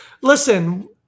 Listen